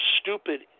stupid